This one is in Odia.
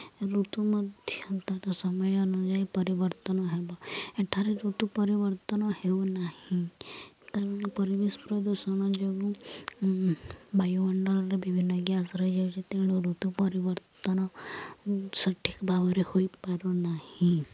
ଋତୁ ମଧ୍ୟ ତା'ର ସମୟ ଅନୁଯାୟୀ ପରିବର୍ତ୍ତନ ହେବ ଏଠାରେ ଋତୁ ପରିବର୍ତ୍ତନ ହେଉନାହିଁ କାରଣ ପରିବେଶ ପ୍ରଦୂଷଣ ଯୋଗୁଁ ବାୟୁମଣ୍ଡଳରେ ବିଭିନ୍ନ ଗ୍ୟାସ୍ ରହିଯାଉଛି ତେଣୁ ଋତୁ ପରିବର୍ତ୍ତନ ସଠିକ୍ ଭାବରେ ହୋଇପାରୁନାହିଁ